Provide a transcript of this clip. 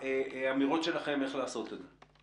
ובאמירות שלכם איך לעשות את זה.